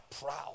proud